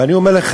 ואני אומר לך,